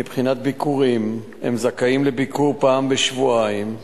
מבחינת ביקורים, הם זכאים לביקור פעם בשבועיים,